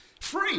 free